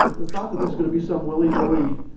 the thought that it's going to be some willy-nilly,